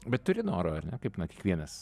bet turi noro ar ne kaip kiekvienas